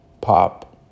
pop